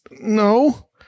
No